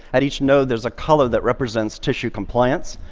at each node, there's a color that represents tissue compliance.